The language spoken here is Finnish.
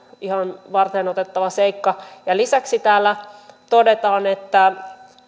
ihan varteenotettava seikka lisäksi todetaan että